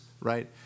right